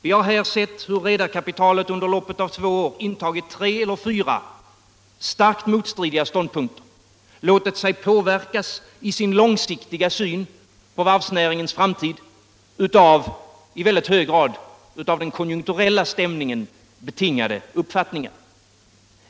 Vi har sett hur redarkapitalet under loppet av två år intagit tre fyra starkt motstridiga ståndpunkter och i sin långsiktiga syn på varvsnäringens framtid låtit sig påverkas av uppfattningar som i mycket hög grad är betingade av konjunkturella stämningar.